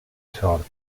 sort